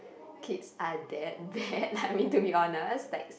kids are that bad I mean to be honest like